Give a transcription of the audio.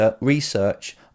research